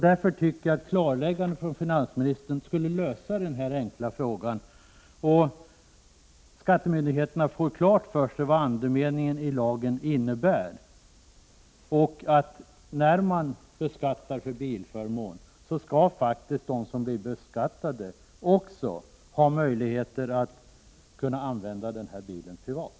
Därför tycker jag att ett klarläggande från finansministern skulle kunna lösa denna enkla fråga och skattemyndigheterna därmed få klart för sig vilken andemeningen i lagen är. När man blir beskattad för bilförmån skall den som beskattas faktiskt också ha möjligheter att använda bilen privat.